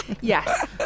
Yes